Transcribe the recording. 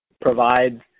provides